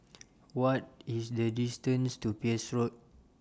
What IS The distance to Peirce Road